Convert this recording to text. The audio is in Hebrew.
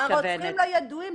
הרוצחים לא ידועים,